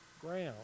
ground